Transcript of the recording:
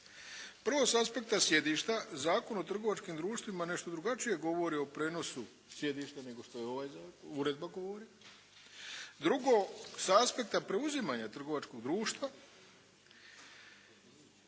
Prvo sa aspekta sjedišta Zakon o trgovačkim društvima nešto drugačije govori o prijenosu sjedišta nego što ova uredba govori. Drugo, sa aspekta preuzimanja trgovačkog društva